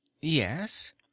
yes